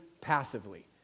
passively